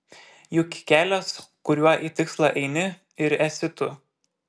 juk kelias kuriuo į tikslą eini ir esi tu